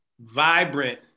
vibrant